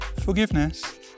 Forgiveness